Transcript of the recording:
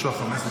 תוציאו אותו